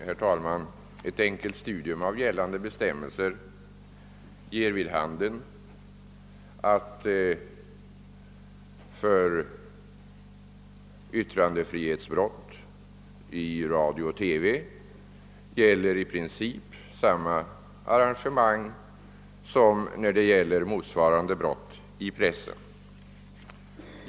Herr talman! Ett enkelt studium av gällande bestämmelser ger vid handen, att för yttrandefrihetsbrott i radio och TV samma arrangemang i princip gäller som för motsvarande brott i pressen.